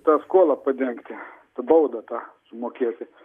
tą skolą padengti baudą tą sumokėti